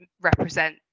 represent